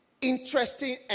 interesting